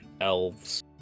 elves